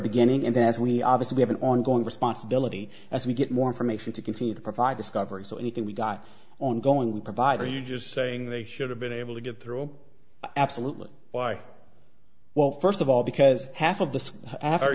beginning and then as we obviously have an ongoing responsibility as we get more information to continue to provide discovery so anything we've got ongoing we provide are you just saying they should have been able to get through absolutely why well first of all because half of the a